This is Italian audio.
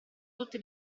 tutte